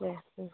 देह